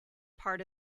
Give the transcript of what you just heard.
part